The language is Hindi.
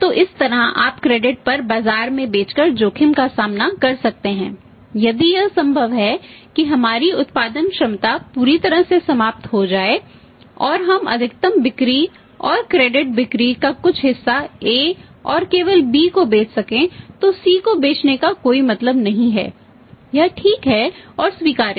तो इस तरह आप क्रेडिट बिक्री का कुछ हिस्सा A और केवल B को बेच सकें तो C को बेचने का कोई मतलब नहीं है यह ठीक है और स्वीकार्य है